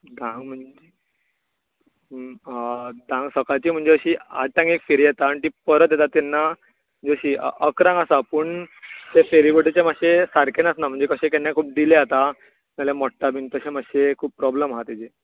धांक आं धांक सकाळची म्हणजे अशी आठांक एक फेरी आसता आनी ती परत येता तेन्ना म्हणचे अशी इकरांक आसा पूण फेरी बोटिचे मातशें सारकें नासता म्हणजे कशें केन्नाय खूब डिले जाता नाजाल्यार मोडटा बी तशें मातशें एक खूब प्रोब्लम आहा तिचे